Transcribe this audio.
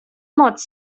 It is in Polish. moc